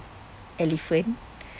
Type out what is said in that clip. elephant